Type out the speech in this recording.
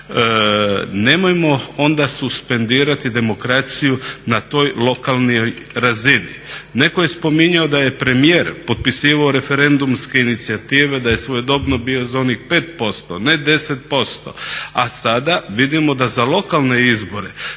nemojmo onda suspendirati demokraciju na toj lokalnoj razini. Netko je spominjao da je premijer potpisivao referendumske inicijative, da je svojedobno bio za oni 5%, ne 10% a sada vidimo da za lokalne izbore